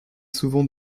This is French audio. souvent